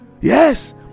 Yes